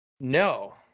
No